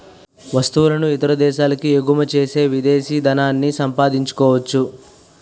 వస్తువులను ఇతర దేశాలకు ఎగుమచ్చేసి విదేశీ ధనాన్ని సంపాదించొచ్చు